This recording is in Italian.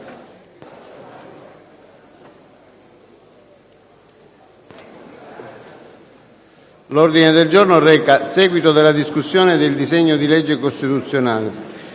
L'ordine del giorno reca il seguito della discussione dei disegni di legge costituzionale